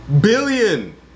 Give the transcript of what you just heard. Billion